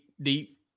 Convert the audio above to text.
deep